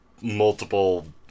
multiple